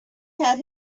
had